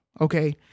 okay